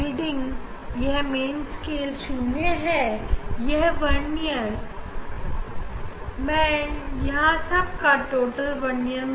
reading का कुछ हिस्सा सीधा मेन स्केल से आएगा और बचा हुआ हिस्सा वर्नियर से